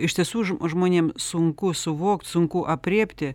iš tiesų žmonėm sunku suvokt sunku aprėpti